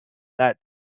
that